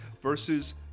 versus